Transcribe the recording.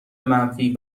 منفی